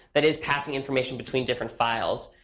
that is passing information between different files.